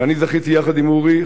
ואני זכיתי יחד עם אורי,